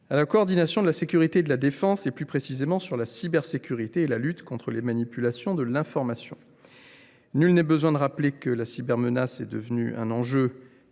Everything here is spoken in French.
à la coordination de la sécurité et de la défense, plus précisément à la cybersécurité et à la lutte contre les manipulations de l’information. S’il n’est nul besoin de rappeler que la cybermenace est devenue un enjeu